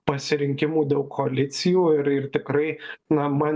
pasirinkimų dėl koalicijų ir ir tikrai na man